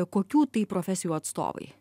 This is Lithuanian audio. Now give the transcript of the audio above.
kokių tai profesijų atstovai